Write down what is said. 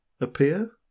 appear